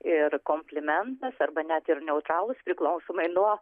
ir komplimentas arba net ir neutralūs priklausomai nuo